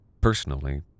Personally